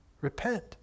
repent